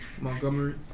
Montgomery